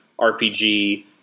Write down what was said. RPG